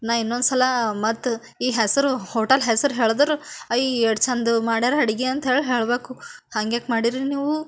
ನಾ ಇನ್ನೊಂದ್ಸಲ ಮತ್ತು ಈ ಹೆಸರು ಹೋಟಲ್ ಹೆಸ್ರು ಹೇಳಿದ್ರೆ ಐ ಎಷ್ಟ್ ಚೆಂದ ಮಾಡ್ಯಾರ ಅಡುಗೆ ಅಂತ ಹೇಳೀ ಹೇಳಬೇಕು ಹಂಗೆ ಯಾಕ ಮಾಡೀರಿ ನೀವೂ